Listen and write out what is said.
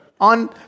on